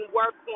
work